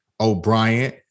O'Brien